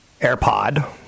AirPod